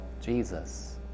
jesus